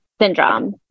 Syndrome